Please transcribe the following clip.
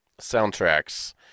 soundtracks